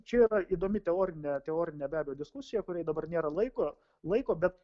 čia yra įdomi teorinė teorinė be abejo diskusija kuriai dabar nėra laiko laiko bet